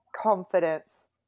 confidence